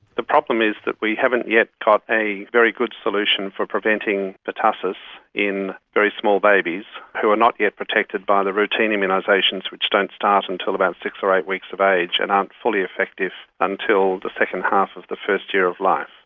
the problem is that we haven't yet got a very good solution for preventing pertussis in very small babies who are not yet protected by the routine immunisations, which don't start until about six or eight weeks of age and aren't fully effective until the second half of the first year of life,